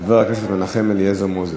חבר הכנסת מנחם אליעזר מוזס.